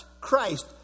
Christ